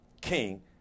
king